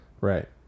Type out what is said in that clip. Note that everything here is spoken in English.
Right